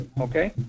okay